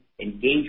Engage